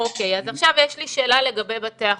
אוקיי, אז עכשיו יש לי שאלה לגבי בתי החולים.